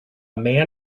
man